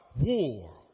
war